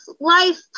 life